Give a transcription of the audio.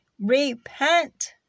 Repent